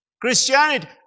Christianity